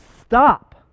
stop